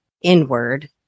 inward